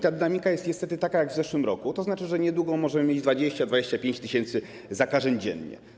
Ta dynamika jest niestety taka jak w zeszłym roku, a to oznacza, że niedługo możemy mieć 20, 25 tys. zakażeń dziennie.